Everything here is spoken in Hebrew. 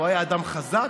הוא היה אדם חזק.